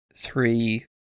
three